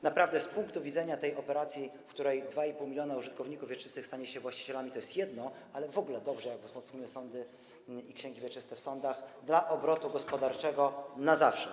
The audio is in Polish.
Naprawdę nie tylko z punktu widzenia tej operacji, w której 2,5 mln użytkowników wieczystych stanie się właścicielami, bo to jedno, ale w ogóle będzie dobrze, jak wzmocnimy sądy i księgi wieczyste w sądach, dla obrotu gospodarczego na zawsze.